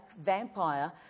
vampire